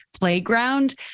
playground